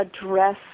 address